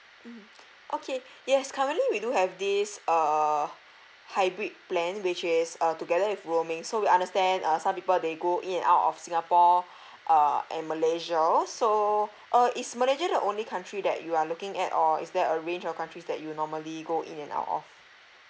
mm okay yes currently we do have this uh hybrid plan which is uh together with roaming so we understand uh some people they go in and out of singapore uh and malaysia so uh is malaysia the only country that you are looking at or is there a range of countries that you normally go in and out of